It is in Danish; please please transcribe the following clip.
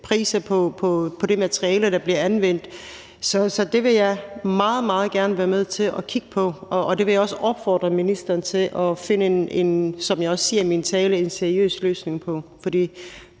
priser på det materiale, der bliver anvendt. Så det vil jeg meget, meget gerne være med til at kigge på, og det vil jeg også opfordre ministeren til, som jeg også siger i min tale, at finde en seriøs løsning på. For